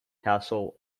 castle